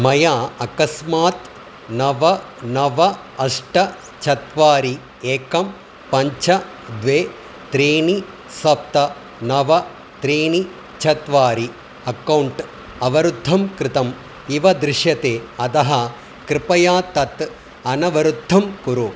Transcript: मया अकस्मात् नव नव अष्ट चत्वारि एकं पञ्च द्वे त्रीणि सप्त नव त्रीणि चत्वारि अक्कौण्ट् अवरुद्धं कृतम् इव दृश्यते अतः कृपया तत् अनवरुद्धं कुरु